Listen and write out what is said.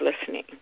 listening